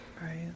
Right